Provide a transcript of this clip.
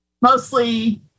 mostly